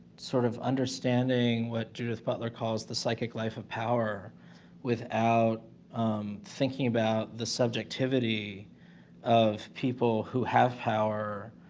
sort of understanding what juditch butler calls the psychic life of power without thinking about the subjectivity of people who have power,